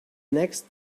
next